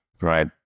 right